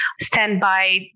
standby